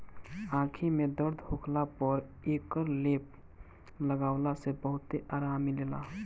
आंखी में दर्द होखला पर एकर लेप लगवला से बहुते आराम मिलेला